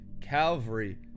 calvary